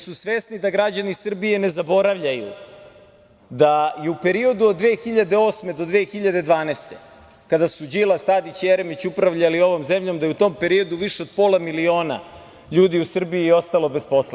Svesni su da građani Srbije ne zaboravljaju da je u periodu od 2008. do 2012. godine, kada su Đilas, Tadić i Jeremić upravljali ovom zemljom, da je u tom periodu više od pola miliona ljudi u Srbiji ostalo bez posla.